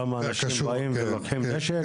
כמה אנשים באים ולוקחים נשק?